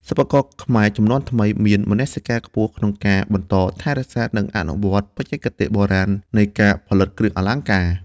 សិប្បករខ្មែរជំនាន់ថ្មី មានមនសិការខ្ពស់ក្នុងការបន្ត ថែរក្សា និងអនុវត្តបច្ចេកទេសបុរាណ នៃការផលិតគ្រឿងអលង្ការ។